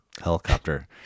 helicopter